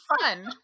fun